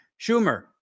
Schumer